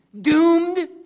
doomed